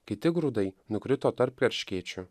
kiti grūdai nukrito tarp erškėčių